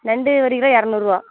நண்டு ஒரு கிலோ இரநூறுவா